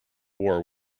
war